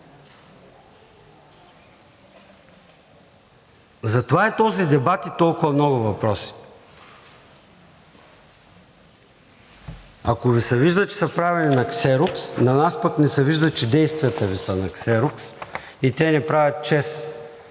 Затова е този дебат и толкова много въпроси. Ако Ви се вижда, че са правени на ксерокс, на нас пък ни се вижда, че действията Ви са на ксерокс и те не правят чест